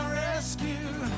rescue